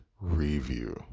review